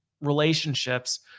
relationships